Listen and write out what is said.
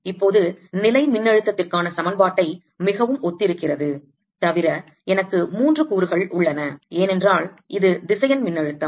இப்போது நிலைமின்னழுத்தத்திற்கான சமன்பாட்டை மிகவும் ஒத்திருக்கிறது தவிர எனக்கு மூன்று கூறுகள் உள்ளன ஏனென்றால் இது திசையன் மின்னழுத்தம்